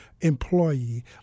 employee